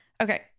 okay